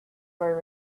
were